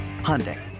Hyundai